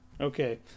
Okay